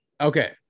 Okay